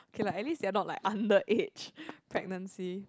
K lah at least they are not like underage pregnancy